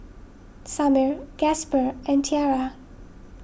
Samir Gasper and Tiara